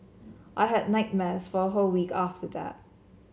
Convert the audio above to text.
I had nightmares for a whole week after that